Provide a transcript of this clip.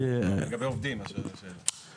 לא, לגבי עובדים נשאלת השאלה.